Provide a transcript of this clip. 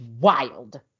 wild